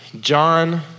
John